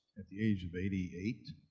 at the age of eighty eight.